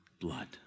blood